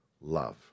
love